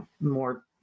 more